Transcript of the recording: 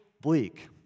bleak